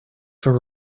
for